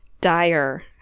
dire